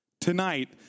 Tonight